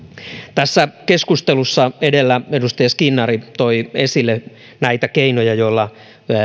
tässä keskustelussa edellä edustaja skinnari toi esille keinoja joilla